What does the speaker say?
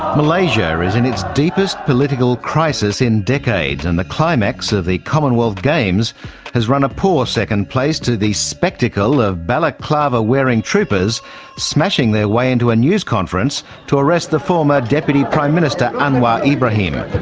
malaysia is in its deepest political crisis in decades, and the climax of the commonwealth games has run a poor second place to the spectacle of balaclava-wearing troopers smashing their way into a news conference to arrest the former deputy prime minister anwar ibrahim.